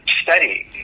Study